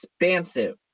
expansive